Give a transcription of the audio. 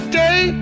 day